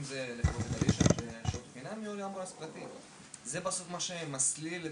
זה מה שמסליל את